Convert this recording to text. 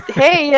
hey